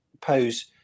pose